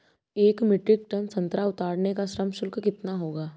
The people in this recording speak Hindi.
एक मीट्रिक टन संतरा उतारने का श्रम शुल्क कितना होगा?